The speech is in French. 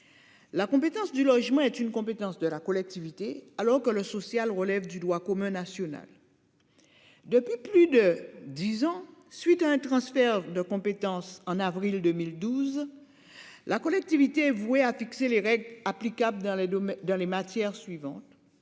La compétence du logement est une compétence de la collectivité alors que le social relève du droit commun national. Depuis plus de 10 ans suite à un transfert de compétences en avril 2012. La collectivité voué à fixer les règles applicables dans les Dom. Dans les matières suivantes.